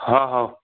ହଁ ହଁ